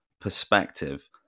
perspective